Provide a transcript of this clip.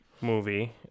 movie